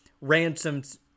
Ransom's